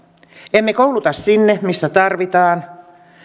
emme kouluta sinne missä tarvitaan